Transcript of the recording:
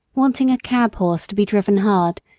wanting a cab horse to be driven hard,